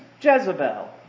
Jezebel